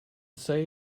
say